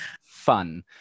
fun